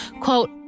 quote